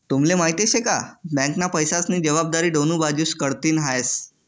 तुम्हले माहिती शे का? बँकना पैसास्नी जबाबदारी दोन्ही बाजूस कडथीन हास